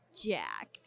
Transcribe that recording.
jack